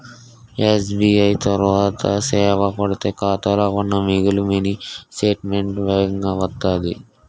SBI త్వరిత సేవ కొడితే ఖాతాలో ఉన్న మిగులు మినీ స్టేట్మెంటు వేగంగా వత్తాది